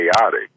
chaotic